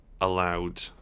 Allowed